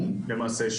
ביום למעשה,